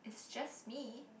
it's just me